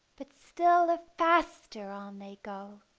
but still the faster on they go,